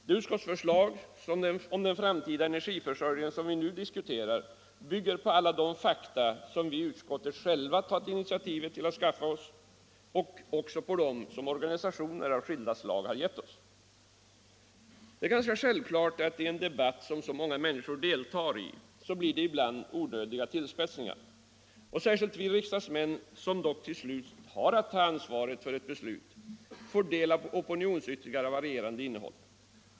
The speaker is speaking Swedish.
Det utskottsförslag om den framtida energiförsörjningen som nu diskuteras bygger på alla de fakta som vi i utskottet själva tagit initiativ till att få fram och på alla de uppgifter som organisationer av skilda slag givit OSS. Det är självklart att det ibland i en debatt som så många människor deltar i blir onödiga tillspetsningar. Särskilt vi riksdagsmän, som dock till slut har att ta ansvaret för ett beslut, får del av opinionsyttringar av varierande innehåll.